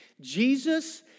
Jesus